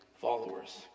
followers